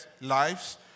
lives